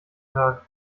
tag